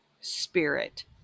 spirit